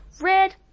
red